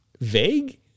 vague